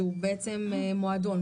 שהוא מועדון,